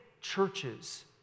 churches